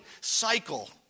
cycle